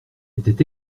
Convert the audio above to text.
était